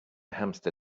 hamster